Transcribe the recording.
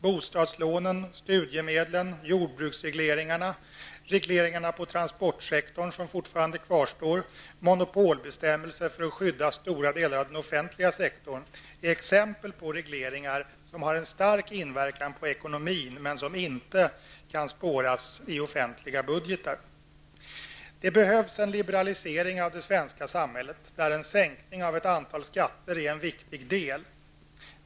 Bostadslånen, studiemedlen, jordbruksregleringarna, de kvarstående regleringarna på transportsektorn och monopolbestämmelserna när det gäller att skydda stora delar av den offentliga sektorn är exempel på regleringar som har stark inverkan på ekonomin, men som inte kan spåras i offentliga budgetar. Det behövs en liberalisering av det svenska samhället, där en sänkning av ett antal skatter är en viktig del.